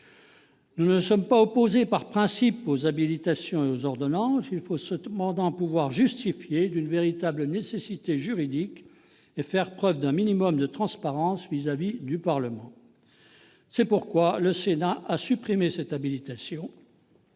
Nous ne sommes pas opposés par principe aux habilitations et aux ordonnances. Il faut toutefois pouvoir justifier d'une véritable nécessité juridique et faire preuve d'un minimum de transparence à l'égard du Parlement. C'est pourquoi le Sénat a supprimé cette habilitation